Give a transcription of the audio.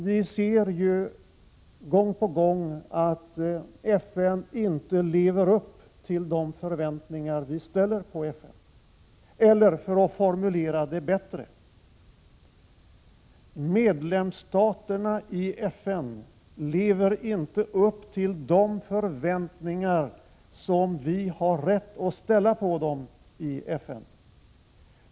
Vi ser gång på gång att FN inte lever upp till de förväntningar vi ställer på FN, eller för att formulera det bättre: Medlemsstaterna i FN lever inte upp till de förväntningar som vi har rätt att ställa på dem i FN.